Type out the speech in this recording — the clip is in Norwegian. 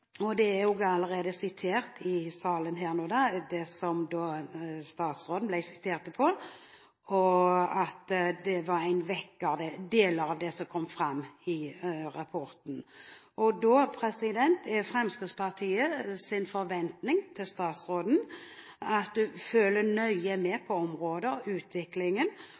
og også statsråden kommenterte den artikkelen som sto i Dagens Næringsliv. Det er i salen allerede vist til det som statsråden ble sitert på, at deler av det som kom fram i rapporten, var en vekker. Da er Fremskrittspartiets forventning til statsråden at hun følger nøye med på utviklingen på området og